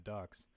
Ducks